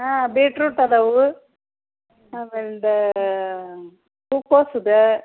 ಹಾಂ ಬೀಟ್ರೂಟ್ ಅದಾವು ಆಮೇಲಿಂದಾ ಹೂಕೋಸ್ ಇದೆ